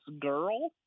Girl